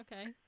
Okay